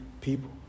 people